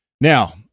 Now